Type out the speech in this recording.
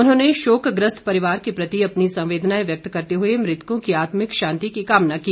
उन्होंने शोक ग्रस्त परिवार के प्रति अपनी संवेदना व्यक्त करते हुए मृतकों की आत्मिक शांति की कामना की